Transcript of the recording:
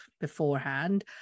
beforehand